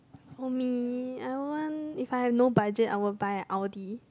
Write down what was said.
for me I want if I have no budget I would buy an audi